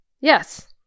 Yes